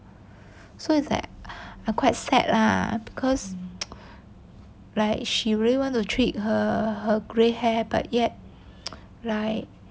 so it's like I quite sad lah because like she really want to treat her her grey hair but yet like